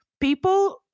People